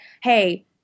Hey